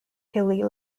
hilly